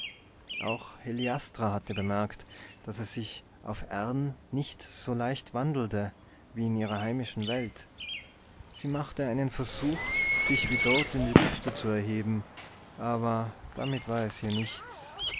auch heliastra hatte bemerkt daß es sich auf erden nicht so leicht wandelte wie in ihrer heimischen welt sie machte einen versuch sich wie dort in die lüfte zu erheben aber damit war es hier nichts